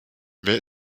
wer